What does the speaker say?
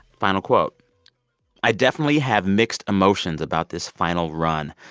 final quote i definitely have mixed emotions about this final run.